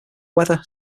weather